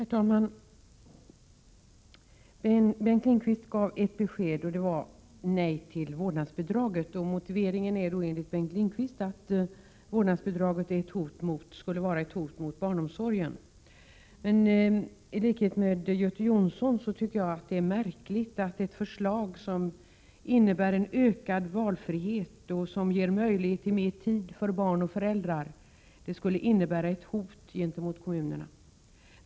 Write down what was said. Herr talman! Bengt Lindqvist gav ett besked, och det var att han säger nej till vårdnadsbidraget. Motiveringen är enligt Bengt Lindqvist att vårdnadsbidraget skulle vara ett hot mot barnomsorgen. Men i likhet med Göte Jonsson tycker jag att det är märkligt att ett förslag som ger ökad valfrihet och som ger möjlighet till mer tid för barn och föräldrar skulle innebära ett hot gentemot kommunerna.